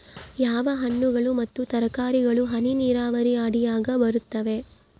ಯಾವ ಹಣ್ಣುಗಳು ಮತ್ತು ತರಕಾರಿಗಳು ಹನಿ ನೇರಾವರಿ ಅಡಿಯಾಗ ಬರುತ್ತವೆ?